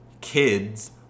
Kids